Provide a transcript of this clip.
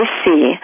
see